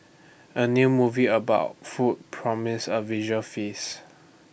A new movie about food promises A visual feast